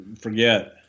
forget